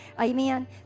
Amen